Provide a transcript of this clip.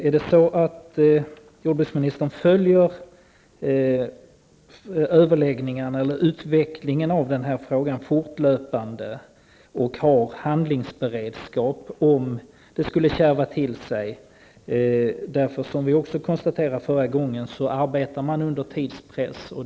Följer jordbruksministern fortlöpande utvecklingen av frågan, och har han handlingsberedskap om det skulle kärva till sig? Vi konstaterade också i vår förra diskussion att man arbetar under tidspress.